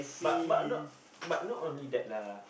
but but not but not only that lah